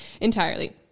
Entirely